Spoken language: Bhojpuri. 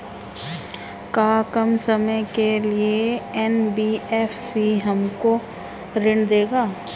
का कम समय के लिए एन.बी.एफ.सी हमको ऋण देगा?